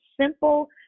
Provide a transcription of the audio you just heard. simple